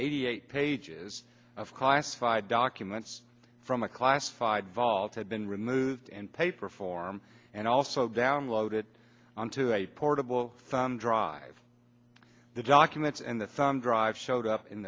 eighty eight pages of classified documents from a classified volves had been removed and paper form and also downloaded onto a portable thumb drive the documents in the thumb drive showed up in